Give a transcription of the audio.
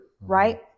right